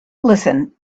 listen